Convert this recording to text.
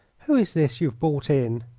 who is this you have brought in?